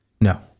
No